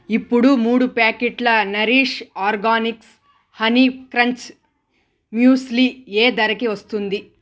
ఇప్పుడు మూడు ప్యాకెట్ల Nourish Organics honey crunch muesli ఏ ధరకి వస్తుంది